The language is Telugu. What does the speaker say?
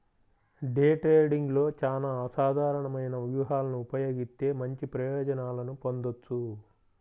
డే ట్రేడింగ్లో చానా అసాధారణమైన వ్యూహాలను ఉపయోగిత్తే మంచి ప్రయోజనాలను పొందొచ్చు